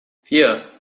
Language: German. vier